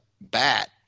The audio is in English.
bat